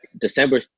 December